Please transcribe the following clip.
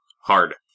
Hard